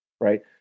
right